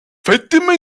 fatima